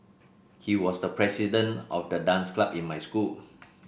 he was the president of the dance club in my school